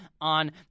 on